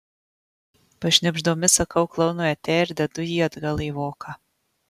pašnibždomis sakau klounui ate ir dedu jį atgal į voką